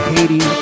Haiti